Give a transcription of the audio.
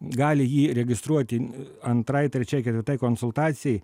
gali jį registruoti antrai trečiai ketvirtai konsultacijai